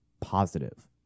positive